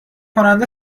کننده